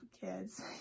kids